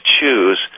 choose